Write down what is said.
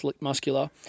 muscular